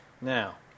Now